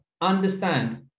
understand